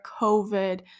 COVID